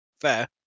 fair